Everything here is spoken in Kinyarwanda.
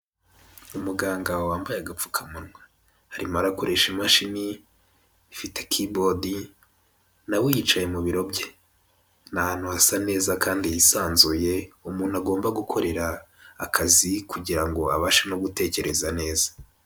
Umuganga wambaye agapfukamunwa arimora akoresha imashini ifite kibodi na we yicaye mu biro bye, ni ahantu hasa neza kandi hisanzuye umuntu agomba gukorera akazi kugirango abashe no gutekereza neza.